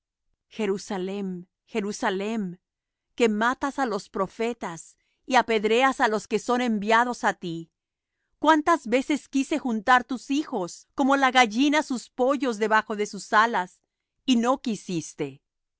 jerusalem jerusalem que matas á los profetas y apedreas á los que son enviados á ti cuántas veces quise juntar tus hijos como la gallina sus pollos debajo de sus alas y no quisiste